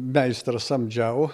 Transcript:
meistrą samdžiau